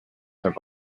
have